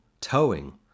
towing